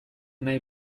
nahi